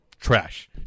Trash